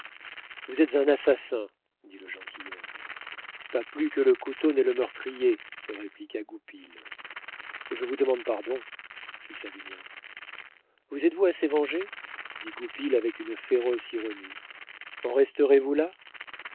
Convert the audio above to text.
vous êtes un assassin dit le gentilhomme pas plus que le couteau n'est le meurtrier répliqua goupil je vous demande pardon fit savinien vous êtes-vous assez vengé dit goupil avec une féroce ironie en resterez vous là